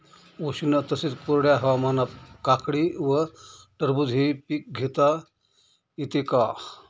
उष्ण तसेच कोरड्या हवामानात काकडी व टरबूज हे पीक घेता येते का?